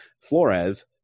Flores